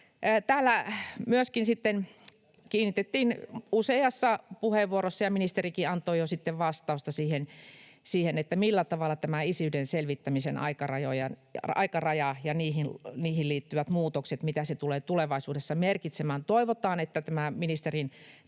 Täällä myöskin sitten kiinnitettiin useassa puheenvuorossa huomiota — ja ministerikin antoi jo sitten vastausta — siihen, mitä tämä isyyden selvittämisen aikaraja ja siihen liittyvät muutokset tulevat tulevaisuudessa merkitsemään. Toivotaan, että tämä ministerin